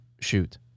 shoot